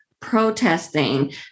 protesting